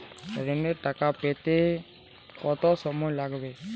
ঋণের টাকা পেতে কত সময় লাগবে?